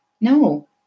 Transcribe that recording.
No